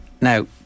Now